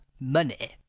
money